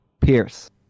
Pierce